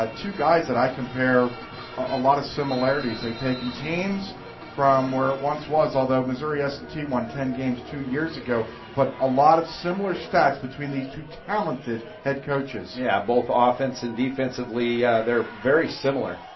ah two guys that i compare a lot of similarities. they have taken teams from where once was, although missouri s and t one ten games two years ago but a lot of similar stats between these two talented head coaches. yeah both offensive and defensively, they are very similar.